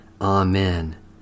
Amen